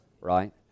right